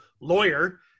lawyer